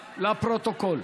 לפרוטוקול.